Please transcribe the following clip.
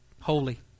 holy